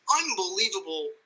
unbelievable